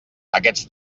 aquests